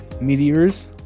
meteors